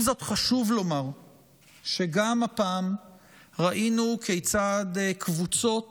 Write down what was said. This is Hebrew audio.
עם זאת, חשוב לומר שגם הפעם ראינו כיצד קבוצות